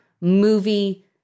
movie